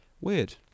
Weird